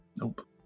Nope